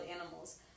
animals